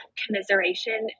commiseration